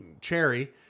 Cherry